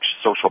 social